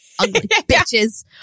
bitches